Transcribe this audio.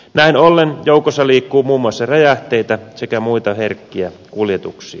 näin ollen joukossa liikkuu muun muassa räjähteitä sekä muita herkkiä kuljetuksia